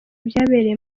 byabereye